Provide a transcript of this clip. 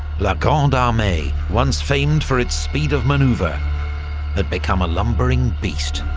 la grande armee, once famed for its speed of manoeuvre, ah had become a lumbering beast.